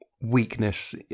weakness